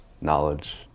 knowledge